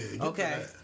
Okay